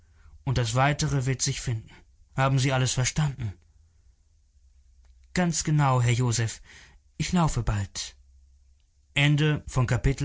und das weitere wird sich finden haben sie alles verstanden ganz genau herr josef ich laufe bald